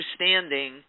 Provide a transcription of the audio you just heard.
understanding